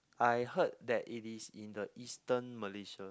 I heard that it is in the eastern Malaysia